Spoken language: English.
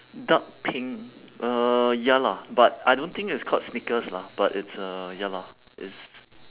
dark pink uh ya lah but I don't think it's called sneakers lah but it's uh ya lah it's